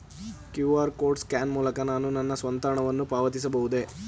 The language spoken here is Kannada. ಕ್ಯೂ.ಆರ್ ಕೋಡ್ ಸ್ಕ್ಯಾನ್ ಮೂಲಕ ನಾನು ನನ್ನ ಸ್ವಂತ ಹಣವನ್ನು ಪಾವತಿಸಬಹುದೇ?